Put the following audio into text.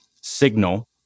signal